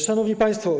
Szanowni Państwo!